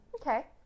Okay